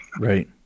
Right